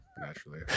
Naturally